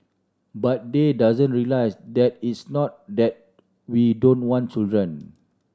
but they doesn't realise that it's not that we don't want children